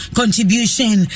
contribution